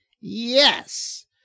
Yes